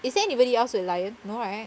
is there anybody else with a lion no right